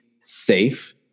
safe